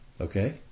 Okay